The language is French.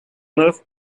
neuf